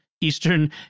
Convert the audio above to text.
Eastern